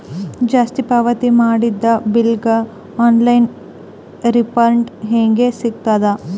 ಜಾಸ್ತಿ ಪಾವತಿ ಮಾಡಿದ ಬಿಲ್ ಗ ಆನ್ ಲೈನ್ ರಿಫಂಡ ಹೇಂಗ ಸಿಗತದ?